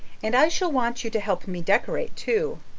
and i shall want you to help me decorate too.